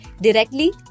directly